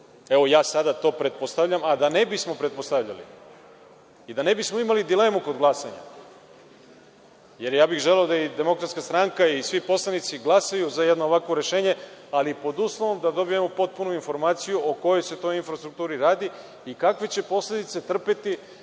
ja sada to pretpostavljam, a da ne bismo pretpostavljali i da ne bismo imali dilemu kod glasanja, jer ja bih želeo da i Demokratska stranka i svi poslanici glasaju za jedno ovakvo rešenje, ali pod uslovom da dobijemo potpunu informaciju o kojoj se to infrastrukturi radi i kakve će posledice trpeti